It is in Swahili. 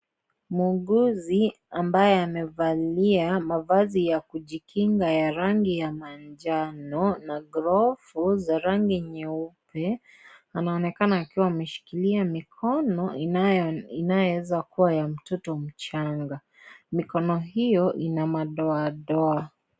Muuguzi ambaye amevalia mavazi ya kujikinga ya rangi ya manjano na glovu za rangi nyeupe anaonekana akiwa ameshikilia mikono inayoweza kuwa ni ya mtoto mchanga mikono hiyo ina madoadoa.